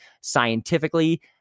scientifically